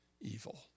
evil